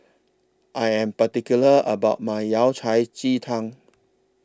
I Am particular about My Yao Cai Ji Tang